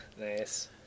nice